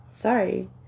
Sorry